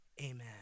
amen